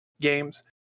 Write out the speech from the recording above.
games